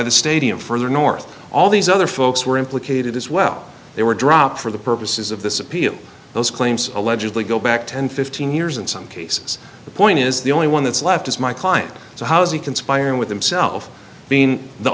the stadium further north all these other folks were implicated as well they were dropped for the purposes of this appeal those claims allegedly go back one thousand and fifteen years in some cases the point is the only one that's left is my client so how is he conspiring with himself being the